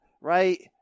Right